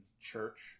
church